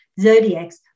zodiacs